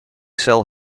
sell